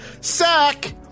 Sack